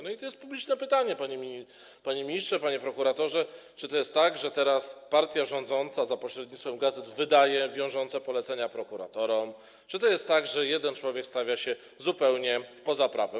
No i tu jest publiczne pytanie, panie ministrze, panie prokuratorze, czy to jest tak, że teraz partia rządząca za pośrednictwem gazet wydaje wiążące polecenia prokuratorom, czy to jest tak, że jeden człowiek stawia się zupełnie poza prawem.